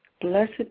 Blessed